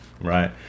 right